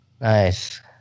nice